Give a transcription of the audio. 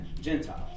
Gentiles